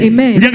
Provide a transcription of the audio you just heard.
Amen